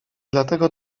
dlatego